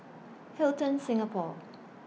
Hilton Singapore